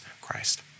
Christ